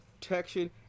protection